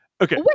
Okay